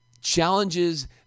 challenges